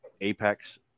Apex